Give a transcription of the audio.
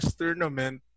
tournament